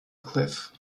cliff